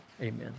Amen